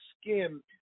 skin